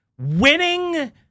winning